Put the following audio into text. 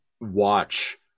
watch